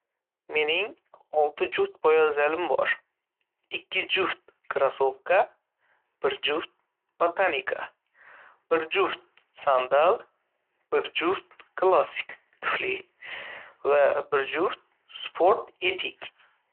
Mening olti juft poyabzalim bor. Ikki juft krossovka, bir juft botinka, bir juft sandal, bir juft klassik tufli va bir juft sport etik.